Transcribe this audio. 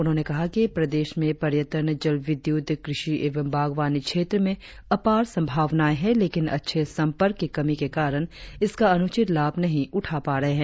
उन्होंने कहा कि प्रदेश में पर्यटन जलविद्युत कृषि एवं बागवानी क्षेत्र में अपार संभावनाए है लेकिन अच्छे संपर्क की कमी के कारण इसका अनुचित लाभ नही उठा पा रहे है